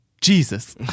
Jesus